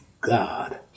God